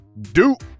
Duke